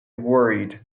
worried